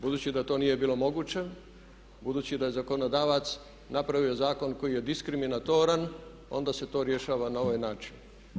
Budući da to nije bilo moguće, budući da je zakonodavac napravio zakon koji je diskriminatoran onda se to rješava na ovaj način.